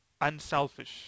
unselfish